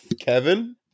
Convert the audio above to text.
Kevin